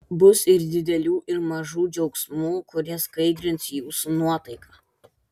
bus ir didelių ir mažų džiaugsmų kurie skaidrins jūsų nuotaiką